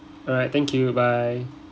alright thank you bye